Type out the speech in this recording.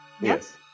Yes